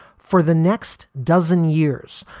for the next dozen years,